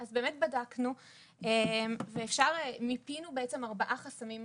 אז באמת בדקנו, מיפינו בעצם ארבעה חסמים מרכזיים.